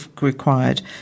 required